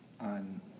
on